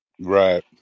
Right